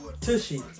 Tushy